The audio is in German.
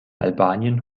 albanien